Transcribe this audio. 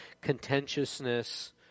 contentiousness